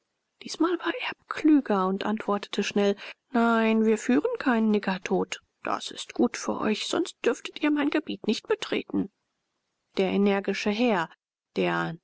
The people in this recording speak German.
diesmal war erb klüger und antwortete schnell nein wir führen keinen niggertod das ist gut für euch sonst dürftet ihr mein gebiet nicht betreten der energische herr der